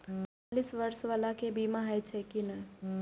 चालीस बर्ष बाला के बीमा होई छै कि नहिं?